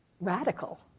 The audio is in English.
radical